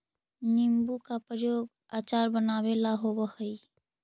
नींबू का प्रयोग अचार बनावे ला होवअ हई